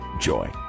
joy